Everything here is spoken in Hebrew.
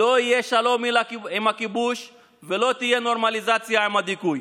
לא יהיה שלום עם הכיבוש ולא תהיה נורמליזציה עם הדיכוי.